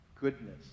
goodness